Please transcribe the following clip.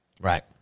Right